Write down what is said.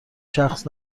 شخص